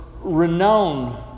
renowned